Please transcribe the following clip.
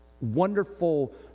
wonderful